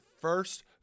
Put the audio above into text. first